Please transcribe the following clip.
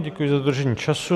Děkuji za dodržení času.